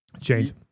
Change